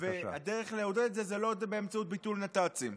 והדרך לעודד את זה היא לא באמצעות ביטול נת"צים.